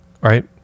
right